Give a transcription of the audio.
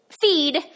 feed